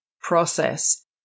process